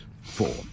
four